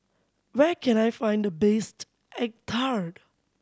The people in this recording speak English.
where can I find the best egg tart